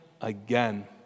again